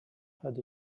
had